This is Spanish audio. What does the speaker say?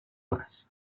más